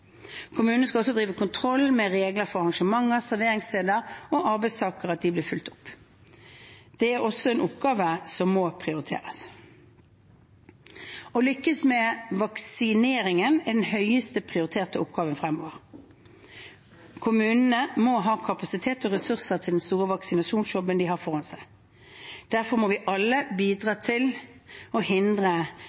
Kommunene skal også drive kontroll med om reglene for arrangementer, serveringssteder og arbeidstakere blir fulgt. Det er også en oppgave som må prioriteres. Å lykkes med vaksineringen er den høyest prioriterte oppgaven fremover. Kommunene må ha kapasitet og ressurser til den store vaksinasjonsjobben de har foran seg. Derfor må vi alle bidra til å hindre